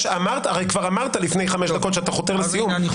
הרי כבר אמרת לפני חמש דקות שאתה חותר לסיום,